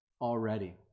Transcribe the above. already